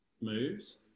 moves